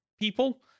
people